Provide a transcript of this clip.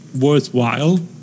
worthwhile